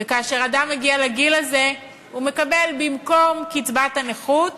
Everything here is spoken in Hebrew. וכאשר אדם מגיע לגיל הזה הוא מקבל במקום קצבת הנכות